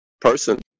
person